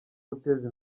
guteza